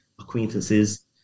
acquaintances